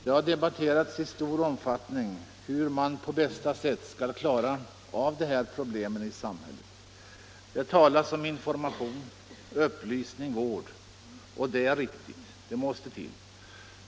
Det har debatterats mycket hur man på bästa sätt skall klara av dessa problem i samhället. Det talas om information, upplysning och vård, och det är riktigt att sådant måste till.